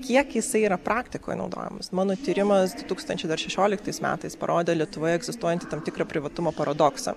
kiek jisai yra praktikoj naudojamas mano tyrimas du tūkstančiai dar šešioliktais metais parodė lietuvoje egzistuojantį tam tikrą privatumo paradoksą